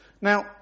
Now